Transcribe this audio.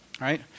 Right